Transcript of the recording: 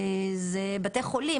בתי חולים,